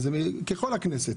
ככל הכנסת,